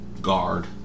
guard